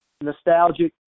nostalgic